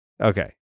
Okay